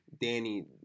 Danny